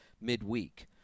midweek